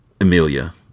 Amelia